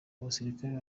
umusirikare